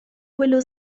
quello